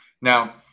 Now